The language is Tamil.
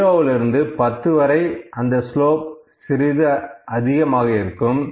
0லிருந்து 10 வரை அந்த ஸ்லோப் சிறிது அதிகமாக இருக்கும்